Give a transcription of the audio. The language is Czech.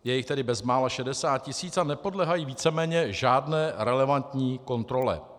Je jich tedy bezmála 60 tisíc a nepodléhají víceméně žádné relevantní kontrole.